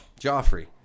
Joffrey